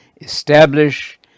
establish